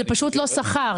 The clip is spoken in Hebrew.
זה פשוט לא שכר.